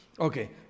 Okay